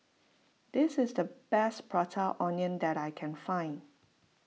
this is the best Prata Onion that I can find